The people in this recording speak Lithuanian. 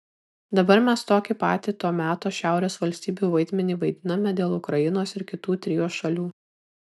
dabar mes tokį patį to meto šiaurės valstybių vaidmenį vaidiname dėl ukrainos ir kitų trio šalių